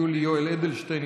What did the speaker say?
יולי יואל אדלשטיין,